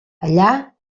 allà